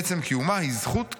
עצם קיומה היא זכות קיומה',